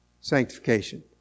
Sanctification